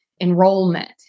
enrollment